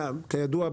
כידוע,